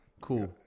Cool